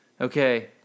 Okay